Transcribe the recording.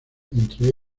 entre